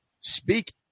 speak